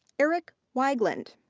eric weigand.